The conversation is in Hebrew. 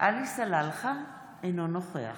עלי סלאלחה, אינו נוכח